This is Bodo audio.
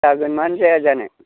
जागोन मानो जाया जानो